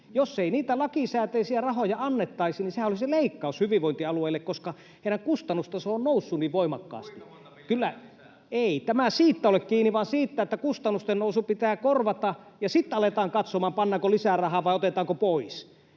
Jos ei niitä lakisääteisiä rahoja annettaisi, niin sehän olisi leikkaus hyvinvointialueille, koska niiden kustannustaso on noussut niin voimakkaasti. [Ville Valkonen: Kuinka monta miljardia lisää?] — Ei tämä siitä ole kiinni, vaan siitä, että kustannusten nousu pitää korvata, ja sitten aletaan katsomaan, pannaanko lisää rahaa vai otetaanko pois.